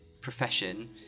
profession